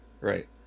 Right